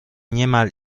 niemal